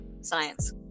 science